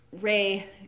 Ray